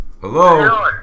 Hello